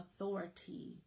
authority